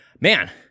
man